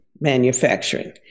manufacturing